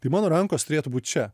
tai mano rankos turėtų būt čia